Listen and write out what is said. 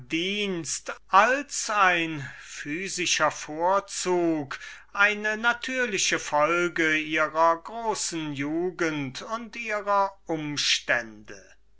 verdienst als ein physikalischer vorzug eine natürliche folge ihrer jugend und ihrer umstände